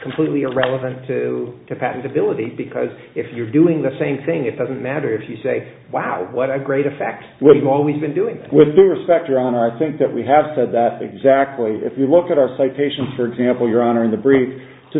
completely irrelevant to compatibility because if you're doing the same thing it doesn't matter if you say wow what a great effect we'll always been doing with respect to iran i think that we have said that exactly if you look at our citation for example you're honoring the brick to